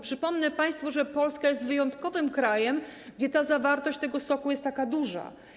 Przypomnę państwu, że Polska jest wyjątkowym krajem, gdzie zawartość tego soku jest taka duża.